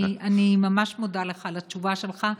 אני ממש מודה לך על התשובה שלך.